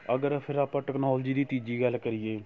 ਅਗਰ ਫਿਰ ਆਪਾਂ ਟਕਨੋਲਜੀ ਦੀ ਤੀਜੀ ਗੱਲ ਕਰੀਏ